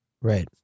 right